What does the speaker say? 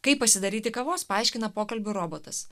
kaip pasidaryti kavos paaiškina pokalbių robotas